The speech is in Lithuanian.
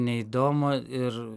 neįdomu ir